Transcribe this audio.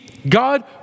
God